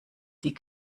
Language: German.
die